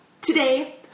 Today